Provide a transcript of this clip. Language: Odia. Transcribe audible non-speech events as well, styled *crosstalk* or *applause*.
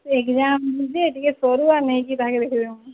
ଏଗଜାମ୍ ଯେ ଟିକେ ସରୁ ଆମେ ନେଇକି *unintelligible* ଦେଖେଇ ଦେବୁ